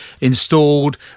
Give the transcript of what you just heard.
installed